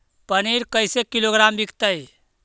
पनिर कैसे किलोग्राम विकतै?